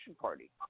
party